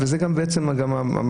וזה גם בעצם המצב.